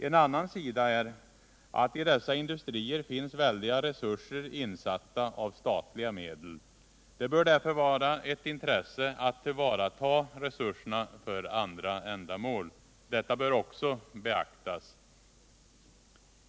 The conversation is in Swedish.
En annan sida är att i dessa industrier finns väldiga resurser insatta av statliga medel. Det bör därför vara av intresse att tillvarata resurserna för andra ändamål. Detta bör också beaktas.